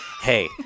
hey